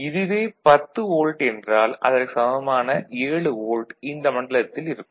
இதுவே 10 வோல்ட் என்றால் அதற்கு சமமான 7 வோல்ட் இந்த மண்டலத்தில் இருக்கும்